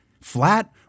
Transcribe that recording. flat